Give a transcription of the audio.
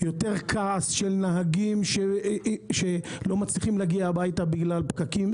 יותר כעס של נהגים שלא מצליחים להגיע הביתה בגלל פקקים.